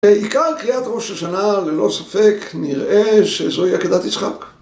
עיקר קריאת ראש השנה ללא ספק נראה שזוהי עקדת יצחק